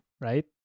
right